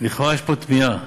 לכאורה יש פה תמיהה: